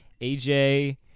AJ